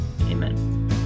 Amen